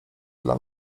dla